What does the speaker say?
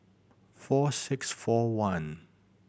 four six four one